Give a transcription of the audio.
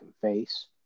face